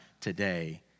today